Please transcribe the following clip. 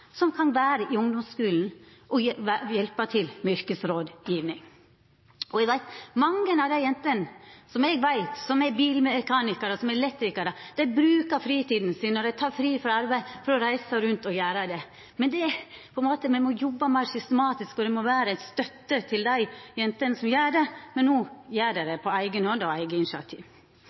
som kan vera i ungdomsskulen og hjelpa til med yrkesrådgjeving. Eg veit at mange av dei jentene som er bilmekanikarar, som er elektrikarar, brukar fritida si, når dei tek fri frå arbeid, til å reisa rundt og driva med det. Men me må på ein måte jobba meir systematisk for å vera støtte for dei jentene som gjer det, men no gjer dei det på eiga hand og eige initiativ.